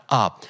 up